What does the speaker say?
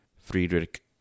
Friedrich